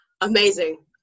Amazing